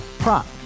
Prop